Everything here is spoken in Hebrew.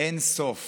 אין-סוף